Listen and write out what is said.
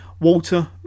Walter